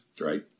right